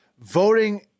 Voting